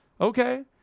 Okay